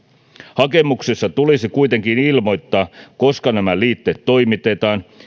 hakemuksessa tulisi kuitenkin ilmoittaa koska nämä liitteet toimitetaan